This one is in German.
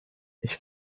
ich